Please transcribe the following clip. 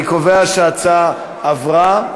אני קובע שההצעה עברה.